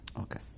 Okay